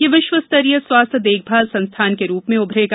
यह विश्वस्तरीय स्वास्थ्य देखभाल संस्थान के रूप में उभरेगा